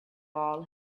all